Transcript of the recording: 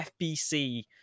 FBC